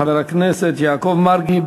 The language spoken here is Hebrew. חבר הכנסת יעקב מרגי,